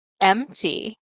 empty